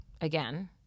again